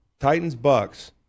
Titans-Bucks